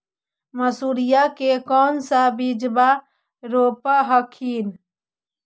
मसुरिया के कौन सा बिजबा रोप हखिन?